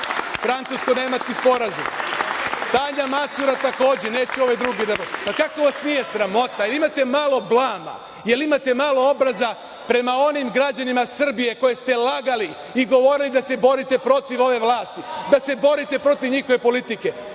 francusko-nemački sporazum. Tanja Macura, takođe. Kako vas nije sramota? Jel imate malo blama? Jel imate malo obraza prema onim građanima Srbije koje ste lagali i govorili da se borite protiv ove vlasti, da se borite protiv njihove politike.